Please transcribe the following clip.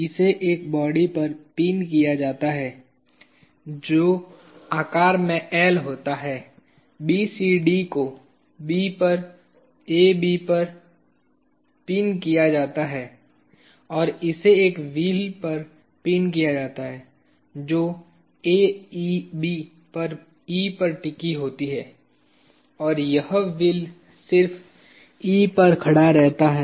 इसे एक बॉडी पर पिन किया जाता है जो आकार में L होता है BCD को B पर AB पर पिन किया जाता है और इसे एक व्हील पर पिन किया जाता है जो AEB पर E पर टिकी होती है और यह व्हील सिर्फ E पर खड़ा होता है